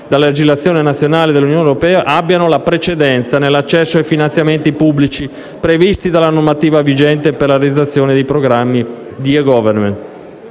dalla legislazione nazionale e dell'Unione europea, abbiano la precedenza nell'accesso ai finanziamenti pubblici previsti dalla normativa vigente per la realizzazione dei programmi di *e-government*.